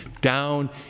down